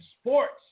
sports